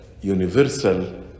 universal